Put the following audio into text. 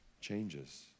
changes